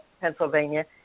Pennsylvania